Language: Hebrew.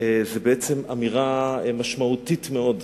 בעצם, זו אמירה משמעותית מאוד,